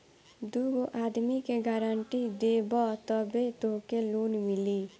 दूगो आदमी के गारंटी देबअ तबे तोहके लोन मिली